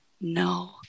no